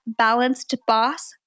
balancedboss